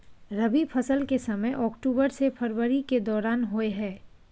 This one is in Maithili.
रबी फसल के समय अक्टूबर से फरवरी के दौरान होय हय